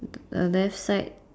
the left side